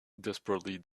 desperately